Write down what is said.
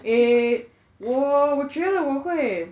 err 我觉得我会